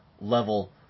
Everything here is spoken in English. level